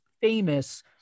famous